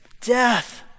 Death